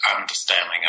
understanding